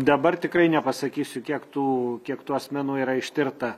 dabar tikrai nepasakysiu kiek tų kiek tų asmenų yra ištirta